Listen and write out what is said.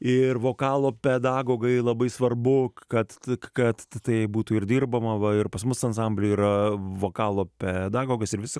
ir vokalo pedagogai labai svarbu kad kad tai būtų ir dirbama va ir pas mus ansamblyje yra vokalo pedagogas ir visi